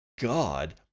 God